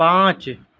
پانچ